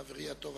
חברי הטוב,